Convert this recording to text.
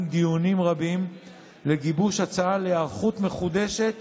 דיונים רבים לגיבוש הצעה להיערכות מחודשת